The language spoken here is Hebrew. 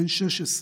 בן 16,